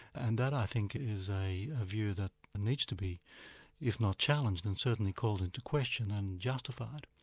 and that i think is a ah view that needs to be if not challenged then certainly called into question and justified.